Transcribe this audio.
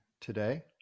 today